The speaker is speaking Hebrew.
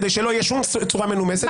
כדי שלא תהיה שום צורה מנומסת.